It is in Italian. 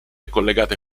collegate